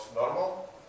normal